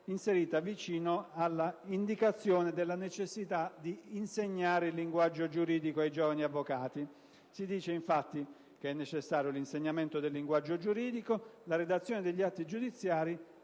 vicino all'indicazione della necessità di insegnare il linguaggio giuridico ai giovani avvocati. Si prevede infatti che è necessario «l'insegnamento del linguaggio giuridico, la redazione degli atti giudiziari,